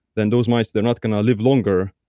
then those mice, they're not going to live longer.